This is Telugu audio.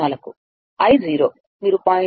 04 I మీరు 0